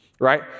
right